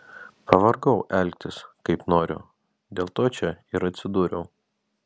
pavargau elgtis kaip noriu dėl to čia ir atsidūriau